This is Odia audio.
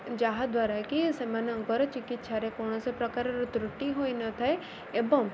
ଯାହାଦ୍ୱାରାକି ସେମାନଙ୍କର ଚିକିତ୍ସାଠାରେ କୌଣସି ପ୍ରକାରର ତ୍ରୁଟି ହୋଇନଥାଏ ଏବଂ